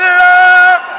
love